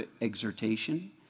exhortation